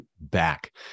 back